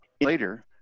later